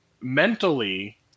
mentally